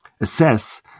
assess